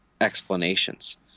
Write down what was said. explanations